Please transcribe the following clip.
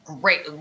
great